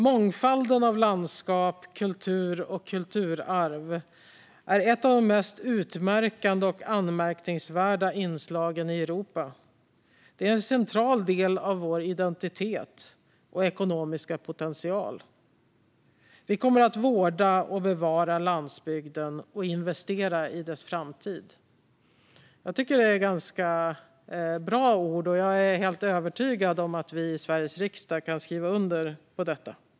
Mångfalden av landskap, kultur och kulturarv är ett av de mest utmärkande och anmärkningsvärda inslagen i Europa. De är en central del av vår identitet och ekonomiska potential. Vi kommer att vårda och bevara landsbygden och investera i dess framtid." Jag tycker att det är ganska bra ord, och jag är helt övertygad om att vi i Sveriges riksdag kan skriva under på detta.